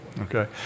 Okay